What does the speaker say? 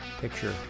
picture